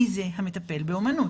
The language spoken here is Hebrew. מי זה המטפל באומנות.